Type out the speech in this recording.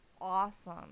awesome